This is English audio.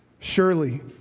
Surely